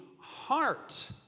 heart